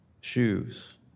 shoes